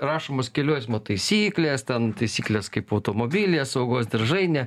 rašomos kelių eismo taisyklės ten taisyklės kaip automobilyje saugos diržai ne